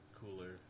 cooler